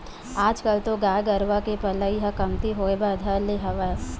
आजकल तो गाय गरुवा के पलई ह कमती होय बर धर ले हवय